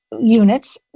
units